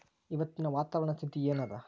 ಇವತ್ತಿನ ವಾತಾವರಣ ಸ್ಥಿತಿ ಏನ್ ಅದ?